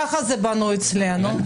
כך זה בנוי אצלנו.